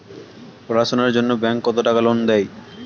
পড়াশুনার জন্যে ব্যাংক কত টাকা লোন দেয়?